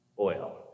Oil